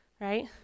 right